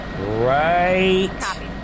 right